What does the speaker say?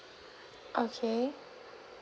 okay